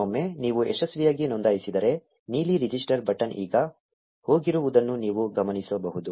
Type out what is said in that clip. ಒಮ್ಮೆ ನೀವು ಯಶಸ್ವಿಯಾಗಿ ನೋಂದಾಯಿಸಿದರೆ ನೀಲಿ ರಿಜಿಸ್ಟರ್ ಬಟನ್ ಈಗ ಹೋಗಿರುವುದನ್ನು ನೀವು ಗಮನಿಸಬಹುದು